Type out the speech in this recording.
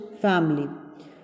family